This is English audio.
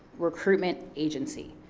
recruitment agency,